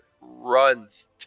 runs